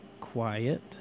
quiet